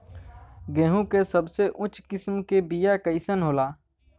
गेहूँ के सबसे उच्च किस्म के बीया कैसन होला?